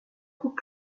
coup